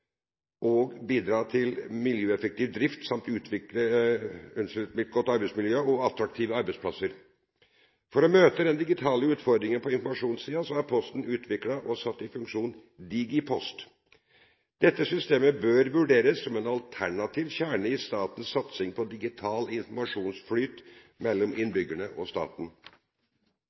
å bidra til miljøeffektiv drift samt utvikle et godt arbeidsmiljø og attraktive arbeidsplasser. For å møte den digitale utfordringen på informasjonssiden har Posten utviklet og satt i funksjon Digipost. Dette systemet bør vurderes som en alternativ kjerne i statens satsing på digital informasjonsflyt mellom innbyggerne og staten.